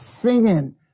singing